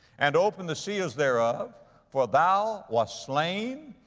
and open the seals thereof for thou wast slain,